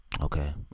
Okay